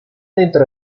dentro